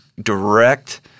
direct